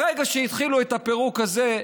ברגע שהתחילו את הפירוק הזה,